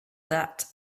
that